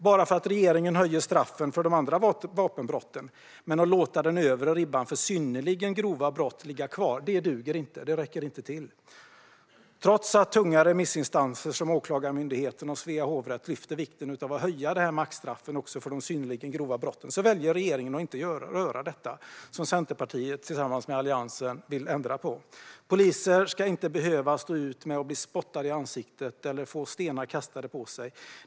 Det är bra att regeringen höjer straffen för de andra vapenbrotten, men att låta den övre ribban för synnerligen grova brott ligga kvar räcker inte till. Trots att tunga remissinstanser som Åklagarmyndigheten och Svea hovrätt lyfter fram vikten av att höja maxstraffen även för de synnerligen grova brotten väljer regeringen att inte röra detta, som Centerpartiet tillsammans med Alliansen vill ändra på. Poliser ska inte behöva stå ut med att bli spottade i ansiktet eller få stenar kastade på sig.